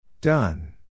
Done